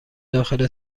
داخل